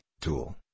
tool